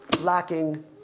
lacking